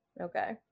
Okay